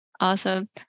Awesome